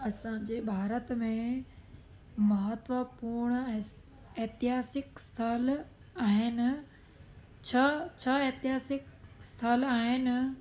असांजे भारत में महत्वपूर्ण एतिहासिक स्थल आहिनि छह छह एतिहासिक स्थल आहिनि